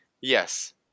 Yes